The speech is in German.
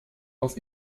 auf